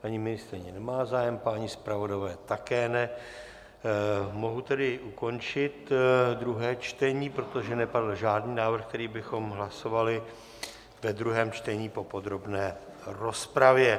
Paní ministryně nemá zájem, páni zpravodajové také ne, mohu tedy ukončit druhé čtení, protože nepadl žádný návrh, který bychom hlasovali ve druhém čtení po podrobné rozpravě.